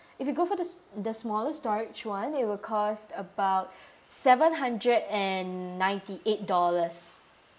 if you go for this the small storage [one] it will cost about seven hundred and ninety eight dollars